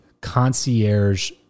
concierge